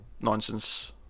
nonsense